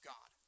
God